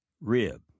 rib